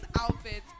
outfits